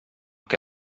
què